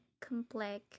complex